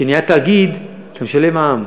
כשזה נהיה תאגיד, אתה משלם מע"מ.